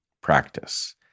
practice